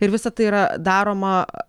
ir visa tai yra daroma